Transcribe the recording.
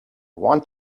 want